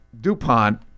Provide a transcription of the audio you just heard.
DuPont